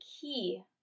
key